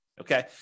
Okay